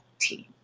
team